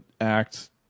act